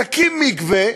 נקים מקווה